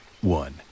one